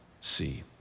see